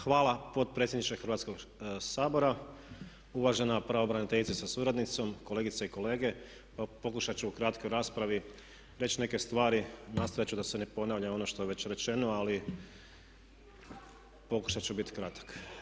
Hvala potpredsjedniče Hrvatskog sabora, uvažena pravobraniteljice sa suradnicom, kolegice i kolege pokušat ću u kratkoj raspravi reći neke stvari, nastojat ću da se ne ponavlja ono što je već rečeno ali pokušat ću biti kratak.